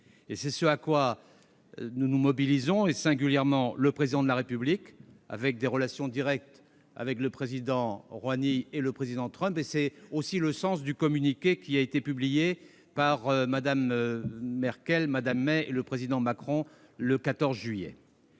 C'est ce pour quoi nous nous mobilisons, singulièrement le Président de la République, qui entretient des relations directes avec le Président Rohani et le Président Trump. C'est aussi le sens du communiqué publié par Mmes Merkel et May et le Président Macron le 14 juillet.